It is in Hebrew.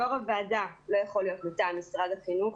יושב ראש הוועדה לא יכול להיות מטעם משרד החינוך.